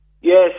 Yes